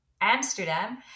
Amsterdam